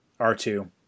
R2